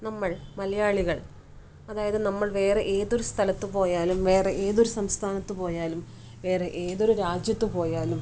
നമ്മൾ മലയാളികൾ അതായത് നമ്മൾ വേറെ ഏതൊരു സ്ഥലത്ത് പോയാലും വേറെ ഏതൊരു സംസ്ഥാനത്ത് പോയാലും വേറെ ഏതൊരു രാജ്യത്ത് പോയാലും